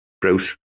Bruce